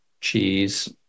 cheese